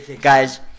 Guys